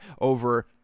over